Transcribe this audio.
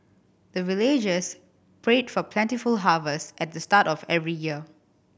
the villagers pray for plentiful harvest at the start of every year